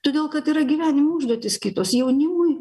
todėl kad yra gyvenimo užduotys kitos jaunimui